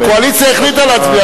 הקואליציה החליטה להצביע